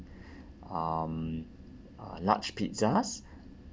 um uh large pizzas